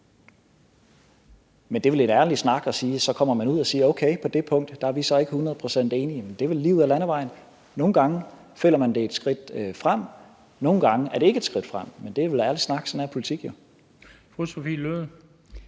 men det er vel en ærlig snak, at man kommer ud og siger: Okay, på det punkt er vi så ikke 100 pct. enige. Men det er vel lige ud ad landevejen: Nogle gange føler man, at det er et skridt frem, nogle gange er det ikke et skridt frem. Men det er vel ærlig snak. Sådan er politik